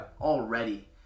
Already